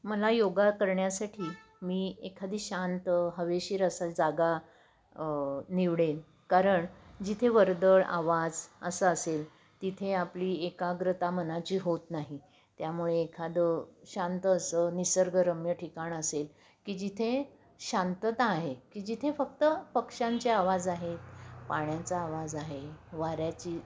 मला योगा करण्यासाठी मी एखादी शांत हवेशीर असा जागा निवडेल कारण जिथे वर्दळ आवाज असा असेल तिथे आपली एकाग्रता मनाची होत नाही त्यामुळे एखादं शांत असं निसर्गरम्य ठिकाण असेल की जिथे शांतता आहे की जिथे फक्त पक्ष्यांचे आवाज आहेत पाण्याचा आवाज आहे वाऱ्याची